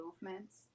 movements